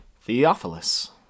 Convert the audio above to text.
Theophilus